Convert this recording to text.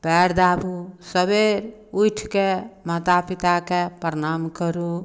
पएर दाबू सवेर उठि कऽ माता पिताकेँ प्रणाम करू